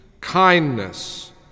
kindness